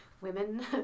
women